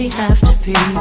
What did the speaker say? have to pee. i